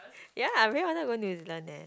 ya I really wanted to go New-Zealand eh